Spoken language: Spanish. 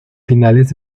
finales